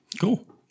Cool